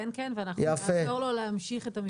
כן, ואנחנו נעזור לו להמשיך את המפעל הזה.